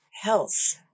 health